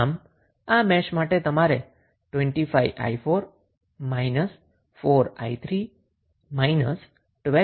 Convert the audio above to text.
આમ આ મેશ માટે તમે 25𝑖4−4𝑖3−120 જેવુ સમીકરણ ડેવલોપ કર્યુ છ્ર